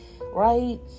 right